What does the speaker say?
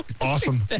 Awesome